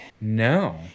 no